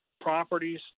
properties